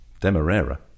Demerara